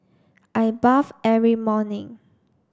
I bath every morning